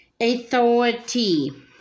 authority